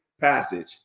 passage